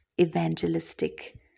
evangelistic